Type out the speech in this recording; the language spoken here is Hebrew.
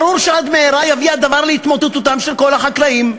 ברור שעד מהרה יביא הדבר להתמוטטותם של כל החקלאים.